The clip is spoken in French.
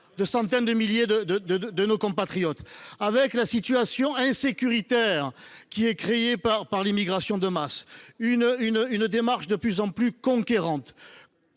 de centaines de milliers de nos compatriotes ; l’insécurité qui est créée par l’immigration de masse ; une démarche de plus en plus conquérante